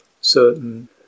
Certain